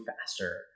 faster